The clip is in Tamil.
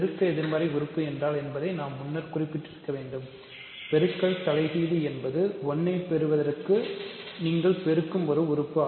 பெருக்க எதிர்மறை உறுப்பு என்றால் என்ன என்பதை நான் முன்னர் குறிப்பிட்டிருக்க வேண்டும் பெருக்கல் தலைகீழ் என்பது 1 ஐப் பெறுவதற்கு நீங்கள் பெருக்கும் ஒரு உறுப்பு